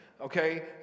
okay